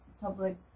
public